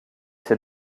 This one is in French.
ses